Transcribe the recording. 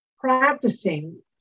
practicing